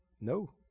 No